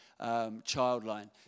Childline